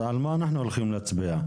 על מה אנחנו הולכים להצביע?